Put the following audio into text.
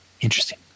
Interesting